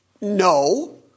no